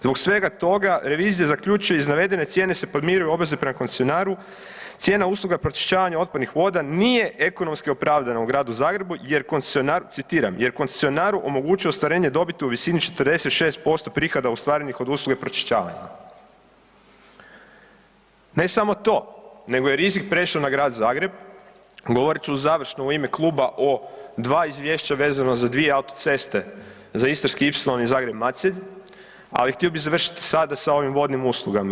Zbog svega toga revizija zaključuje iz navedene cijene se podmiruju obveze prema koncesionaru, cijena usluga pročišćavanja otpadnih voda nije ekonomski opravdana u Gradu Zagrebu jer koncesionaru, citiram „jer koncesionaru omogućuje ostvarenje dobiti u visini 46% prihoda ostvarenih od usluge pročišćavanja“ Ne samo to, nego je rizik prešao na Grad Zagreb, govorit ću završno u ime Kluba o dva Izvješća vezano za dvije autoceste, za istarski Ipsilon i Zagreb-Macelj, ali htio bi završiti sada s ovim vodnim uslugama.